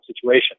situation